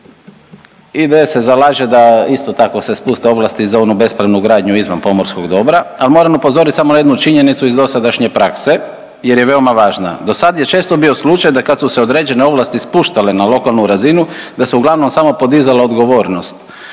IDS se zalaže da isto tako se spuste ovlasti za onu bespravnu gradnju izvan pomorskog dobra, a moram upozoriti samo na jednu činjenicu iz dosadašnje prakse jer je veoma važna. Do sad je često bio slučaj, da kad su se određene ovlasti spuštale na lokalnu razinu da se uglavnom samo podizala odgovornost